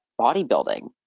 bodybuilding